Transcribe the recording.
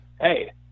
hey